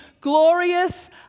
glorious